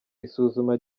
isuzuma